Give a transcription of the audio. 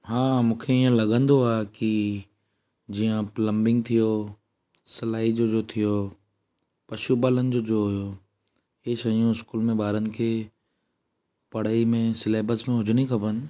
हा मूंखे ईअं लॻंदो आहे की जीअं प्लम्बिंग थियो सलाई जो जो थियो पशु पालनि जो जो हुयो इहे शयूं स्कूल में ॿारनि खे पढ़ाईअ में स्लेबस में हुजणु खपनि